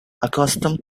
accustomed